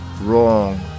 wrong